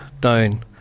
down